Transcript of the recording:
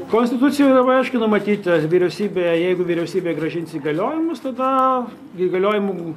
konstitucijoj labai aiškiai numatyta vyriausybė jeigu vyriausybė grąžins įgaliojimus tada įgaliojimų